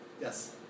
Yes